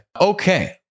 Okay